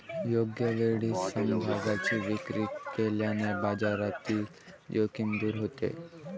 योग्य वेळी समभागांची विक्री केल्याने बाजारातील जोखीम दूर होते